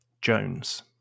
Jones